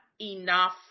enough